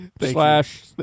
slash